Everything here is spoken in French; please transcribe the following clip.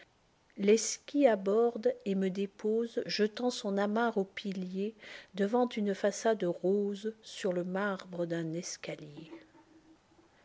l'esquit aborde et me dépose jetant son amarre au pilier devant une façade rose sur le marbre d'un escalier